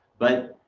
but,